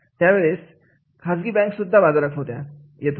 त्यावेळेस खाजगी बँक सुद्धा बाजारात येत होत्या